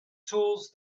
tools